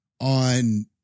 on